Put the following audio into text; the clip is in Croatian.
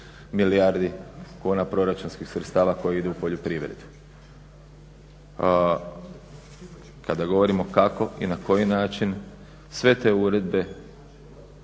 milijardi kuna proračunskih sredstava koji idu u poljoprivredu. Kada govorimo kako i na koji način, sve te uredbe